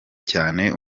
cyane